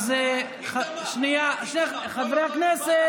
חברי הכנסת,